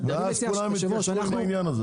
ואז כולם יתיישרו עם העניין הזה.